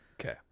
Okay